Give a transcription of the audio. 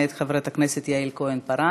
מאת חברת הכנסת יעל כהן-פארן.